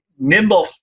Nimble